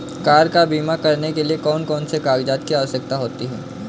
Car का बीमा करने के लिए कौन कौन से कागजात की आवश्यकता होती है?